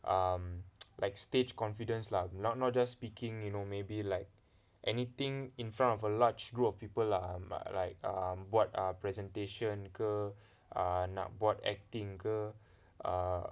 um like stage confidence lah not not just speaking you know maybe like anything in front of a large group of people lah but like err buat err presentation ke err nak buat acting ke err